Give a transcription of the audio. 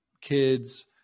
kids